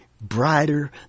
brighter